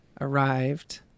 arrived